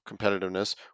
competitiveness